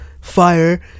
fire